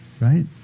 right